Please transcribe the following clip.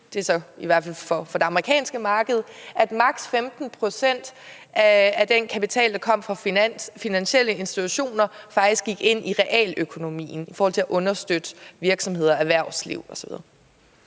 viste – i hvert fald i forhold til det amerikanske marked – at maks. 15 pct. af den kapital, der kom fra finansielle institutioner, faktisk gik ind i realøkonomien i forhold til at understøtte virksomheder, erhvervsliv osv.?